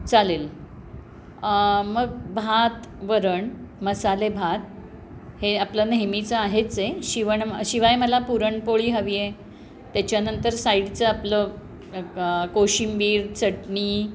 चालेल मग भात वरण मसालेभात हे आपलं नेहमीचं आहेच आहे शिवण शिवाय मला पुरणपोळी हवी आहे त्याच्यानंतर साईडचं आपलं क कोशिंबीर चटणी